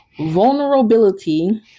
vulnerability